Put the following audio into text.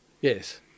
Yes